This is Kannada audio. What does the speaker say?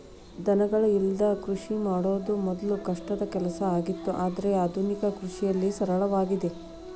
ದನಗಳ ಇಲ್ಲದಂಗ ಕೃಷಿ ಮಾಡುದ ಮೊದ್ಲು ಕಷ್ಟದ ಕೆಲಸ ಆಗಿತ್ತು ಆದ್ರೆ ಆದುನಿಕ ಕೃಷಿಯಲ್ಲಿ ಸರಳವಾಗಿದೆ